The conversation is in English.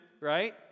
right